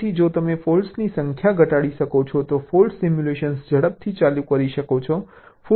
તેથી જો તમે ફૉલ્ટ્સની સંખ્યા ઘટાડી શકો છો તો ફોલ્ટ સિમ્યુલેશન ઝડપથી ચાલી શકે છે